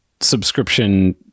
subscription